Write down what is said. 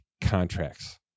contracts